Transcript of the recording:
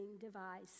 device